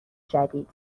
جدید